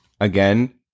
again